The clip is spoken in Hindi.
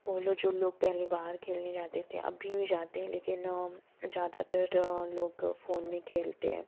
पोलो जो लोग पहले बाहर खेलने जाते थे अभी भी जाते हैं लेकिन ज़्यादातर लाेग फ़ोन में खेलते हैं